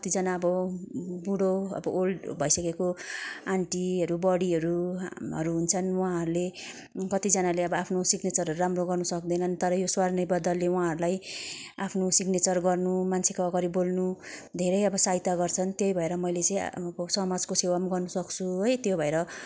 कतिजना अब बुढो अब ओल्ड भइसकेको आन्टीहरू बडीहरूहरू हुन्छन् उहाँहरूले कतिजनाले अब आफ्नो सिग्नेचरहरू राम्रो गर्न सक्दैनन् तर यो स्वनिर्भर दलहरूले वहाँहरूलाई आफ्नो सिग्नेचर गर्नु मान्छेको अगाडि बोल्नु धेरै अब सहायता गर्छ त्यही भएर मैले चाहिँ अब समाजको सेवा नि गर्नु सक्छु है त्यही भएर